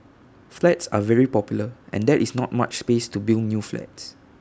flats are very popular and there is not much space to build new flats